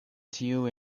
tiu